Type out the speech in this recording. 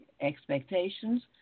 expectations